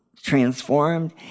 transformed